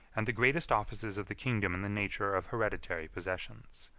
and the greatest offices of the kingdom in the nature of hereditary possessions.